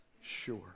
sure